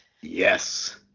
yes